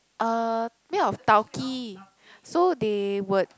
uh made of tau kee so they would